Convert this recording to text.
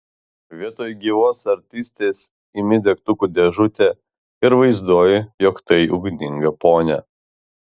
vietoj gyvos artistės imi degtukų dėžutę ir vaizduoji jog tai ugninga ponia